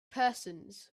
persons